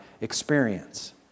experience